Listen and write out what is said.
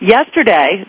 Yesterday